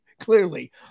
Clearly